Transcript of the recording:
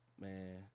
man